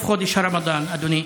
חודש הרמדאן, אדוני.